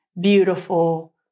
beautiful